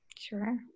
Sure